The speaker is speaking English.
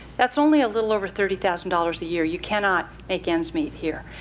that's only a little over thirty thousand dollars a year. you cannot make ends meet here.